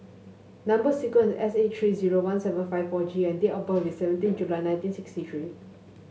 number sequence is S eight three zero one seven five four G and date of birth is seventeen July nineteen sixty three